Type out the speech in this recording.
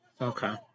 Okay